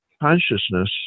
consciousness